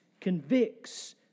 convicts